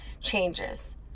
changes